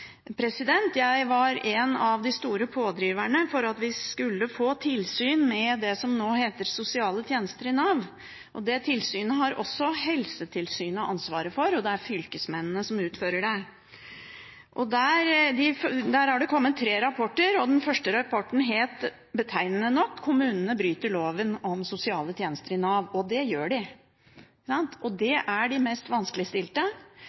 Jeg var en av de store pådriverne for at vi skulle få tilsyn med det som nå heter Sosiale tjenester i Nav. Dette tilsynet har Helsetilsynet ansvaret for, og det er fylkesmennene som utfører det. Det er her kommet tre rapporter. Den første rapporten handler om, betegnende nok, at kommunene bryter loven om sosiale tjenester i Nav. Det gjør de. Dette gjelder de mest vanskeligstilte.